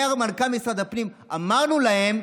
אומר מנכ"ל משרד הפנים: אמרנו להם,